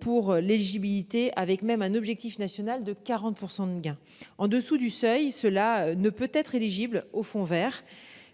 Pour l'éligibilité avec même un objectif national de 40% de gains en dessous du seuil, cela ne peut être éligible au fonds Vert,